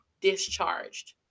discharged